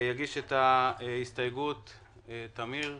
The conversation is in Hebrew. תמיר כהן,